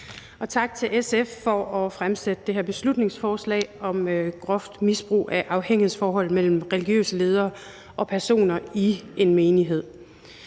Og tak til SF for at fremsætte det her beslutningsforslag om groft misbrug af afhængighedsforhold mellem religiøse ledere og personer fra en menighed.